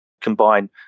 combine